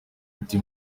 ati